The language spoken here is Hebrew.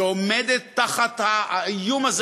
שעומדת תחת האיום הזה,